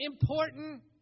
important